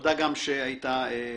תודה גם שהיית ממוקד.